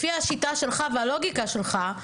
לפי השיטה והלוגיקה שלך,